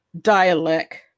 dialect